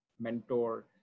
mentor